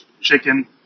chicken